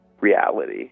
reality